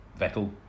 Vettel